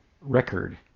record